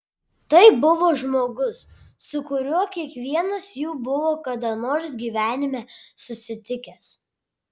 tai buvo žmogus su kuriuo kiekvienas jų buvo kada nors gyvenime susitikęs